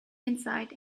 inside